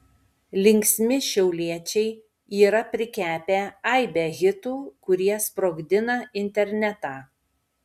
linksmi šiauliečiai yra prikepę aibę hitų kurie sprogdina internetą